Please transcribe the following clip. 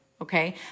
okay